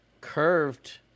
curved